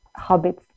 hobbits